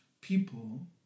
people